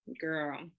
girl